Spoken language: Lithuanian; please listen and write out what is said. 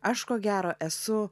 aš ko gero esu